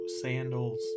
sandals